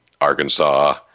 Arkansas